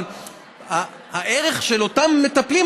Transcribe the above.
אבל הערך של אותם מטפלים,